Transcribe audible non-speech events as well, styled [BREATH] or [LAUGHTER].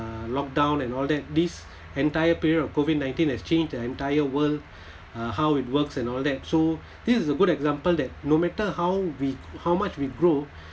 uh lock down and all that this entire period of COVID nineteen has changed the entire world [BREATH] uh how it works and all that so this is a good example that no matter how we how much we grow [BREATH]